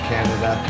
Canada